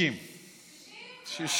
60. 60?